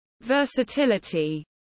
Versatility